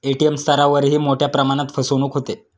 ATM स्तरावरही मोठ्या प्रमाणात फसवणूक होते